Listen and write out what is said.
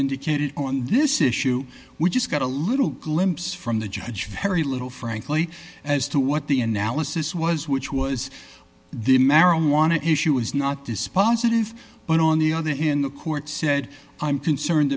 indicated on this issue we just got a little glimpse from the judge very little frankly as to what the analysis was which was the marijuana issue is not dispositive but on the other in the court said i'm concerned